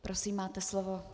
Prosím, máte slovo.